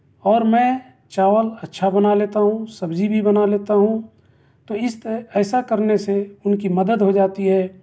اور میں چاول اچھا بنا لیتا ہوں سبزی بھی بنا لیتا ہوں تو اِس طرح ایسا کرنے سے اُن کی مدد ہو جاتی ہے